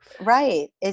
Right